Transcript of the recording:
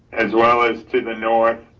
as well as to the north,